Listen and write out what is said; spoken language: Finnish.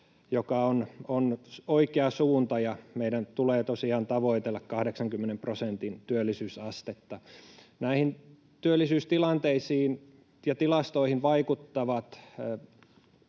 mikä on oikea suunta. Meidän tulee tosiaan tavoitella 80 prosentin työllisyysastetta. Näihin työllisyystilanteisiin ja -tilastoihin vaikuttavat